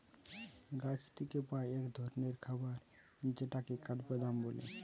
গাছ থিকে পাই এক ধরণের খাবার যেটাকে কাঠবাদাম বলে